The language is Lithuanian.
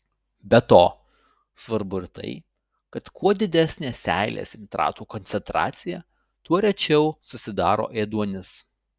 be to svarbu ir tai kad kuo didesnė seilėse nitratų koncentracija tuo rečiau susidaro ėduonis